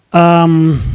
um,